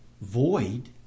void